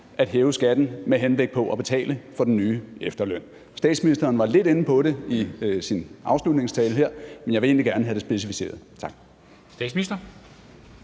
at hæve skatten med henblik på at betale for den nye efterløn. Statsministeren var lidt inde på det i sin afslutningstale, men jeg vil egentlig gerne have det specificeret. Tak. Kl.